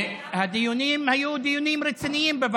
הדיונים בוועדה היו דיונים רציניים.